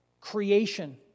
creation